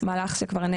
כבר מהלך שנעשה,